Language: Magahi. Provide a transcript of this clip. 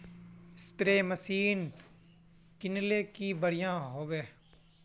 स्प्रे मशीन किनले की बढ़िया होबवे?